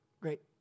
great